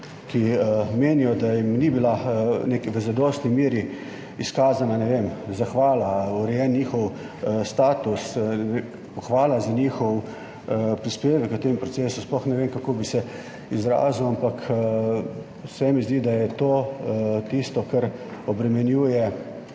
ki menijo, da jim ni bila v zadostni meri izkazana, ne vem, zahvala, urejen njihov status, pohvala za njihov prispevek v tem procesu, sploh ne vem, kako bi se izrazil, ampak se mi zdi, da je to tisto, kar obremenjuje